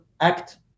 act